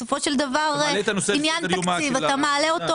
בסופו של דבר אתה מעלה את עניין התקציב למעלה.